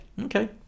Okay